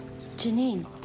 Janine